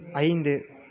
ஐந்து